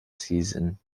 season